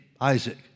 Isaac